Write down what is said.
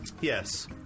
yes